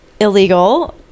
illegal